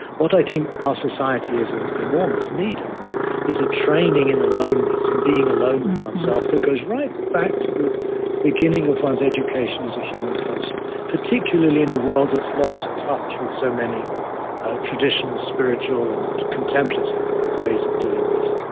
what i think our society is in enormous need of is a training in aloneness, in being alone with oneself, that goes right back to the beginning of one's education as a human person, particularly in a world that's lost touch with so many traditional spiritual and contemplative ways of doing this.